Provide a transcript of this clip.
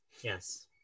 yes